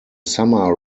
summer